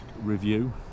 review